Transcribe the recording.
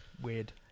weird